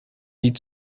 die